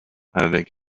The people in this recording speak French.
avec